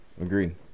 Agreed